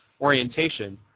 orientation